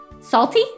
Salty